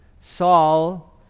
Saul